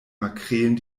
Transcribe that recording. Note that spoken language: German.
makrelen